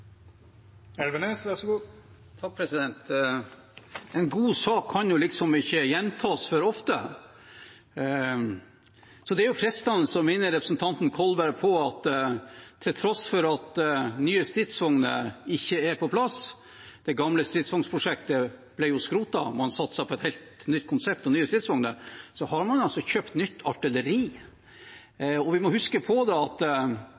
En god sak kan ikke gjentas for ofte, så det er fristende å minne representanten Kolberg på at til tross for at nye stridsvogner ikke er på plass – det gamle stridsvognprosjektet ble jo skrotet, og man satset på et helt nytt konsept og nye stridsvogner – har man altså kjøpt nytt artilleri. Vi må huske at